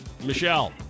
Michelle